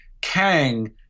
Kang